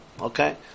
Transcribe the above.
Okay